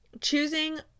choosing